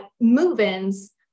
move-ins